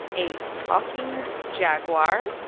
a talking jaguar,